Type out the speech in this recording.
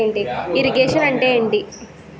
Irrigation అంటే ఏంటీ?